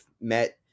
met